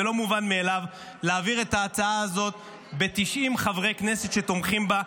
זה לא מובן מאליו להעביר את ההצעה הזאת ב-90 חברי כנסת שתומכים בה.